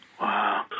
Wow